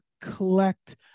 collect